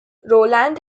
roland